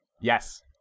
Yes